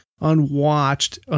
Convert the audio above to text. unwatched